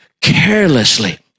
carelessly